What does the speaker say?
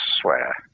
swear